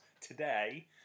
today